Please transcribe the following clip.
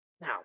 Now